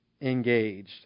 engaged